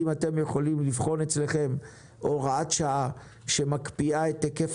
אם אתם יכולים לבחון אצלכם הוראת שעה שמקפיאה את היקף